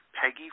Peggy